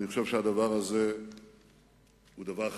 אני חושב שהדבר הזה הוא דבר חדש,